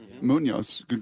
Munoz